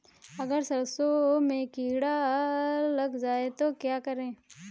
अगर सरसों में कीड़ा लग जाए तो क्या करें?